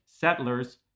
Settlers